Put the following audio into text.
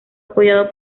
apoyado